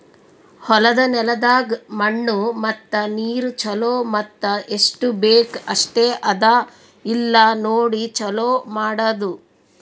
ಹೊಲದ ನೆಲದಾಗ್ ಮಣ್ಣು ಮತ್ತ ನೀರು ಛಲೋ ಮತ್ತ ಎಸ್ಟು ಬೇಕ್ ಅಷ್ಟೆ ಅದಾ ಇಲ್ಲಾ ನೋಡಿ ಛಲೋ ಮಾಡದು